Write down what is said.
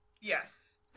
Yes